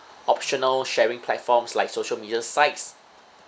optional sharing platforms like social media sites